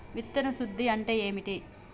విత్తన శుద్ధి అంటే ఏంటి?